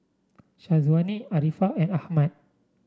Syazwani Arifa and Ahmad